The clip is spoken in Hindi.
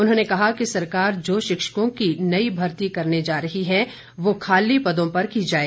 उन्होंने कहा कि सरकार जो शिक्षकों की नई भर्ती करने जा रही है वह खाली पदों पर की जाए